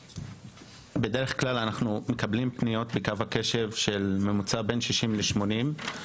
בדרך כלל אנחנו מקווים בממוצע בין 60 ל-80 שיחות